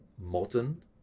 modern